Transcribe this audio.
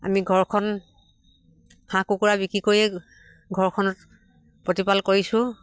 আমি ঘৰখন হাঁহ কুকুৰা বিক্ৰী কৰিয়ে ঘৰখনত প্ৰতিপাল কৰিছোঁ